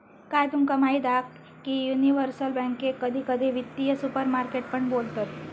काय तुमका माहीत हा की युनिवर्सल बॅन्केक कधी कधी वित्तीय सुपरमार्केट पण बोलतत